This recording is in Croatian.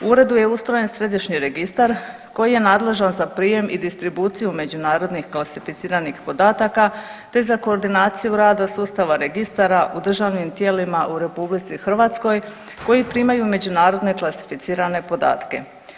U uredu je ustrojen središnji registar koji je nadležan za prijem i distribuciju međunarodnih klasificiranih podataka te za koordinaciju rada sustava registara u državnim tijelima u RH koji primaju međunarodne klasificirane podatke.